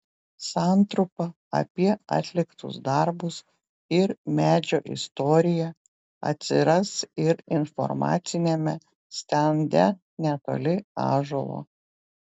santrumpa apie atliktus darbus ir medžio istoriją atsiras ir informaciniame stende netoli ąžuolo